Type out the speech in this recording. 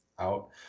out